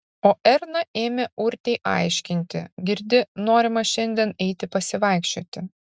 o erna ėmė urtei aiškinti girdi norima šiandien eiti pasivaikščioti